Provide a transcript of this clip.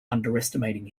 underestimating